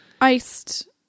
Iced